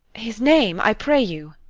his name, i pray you.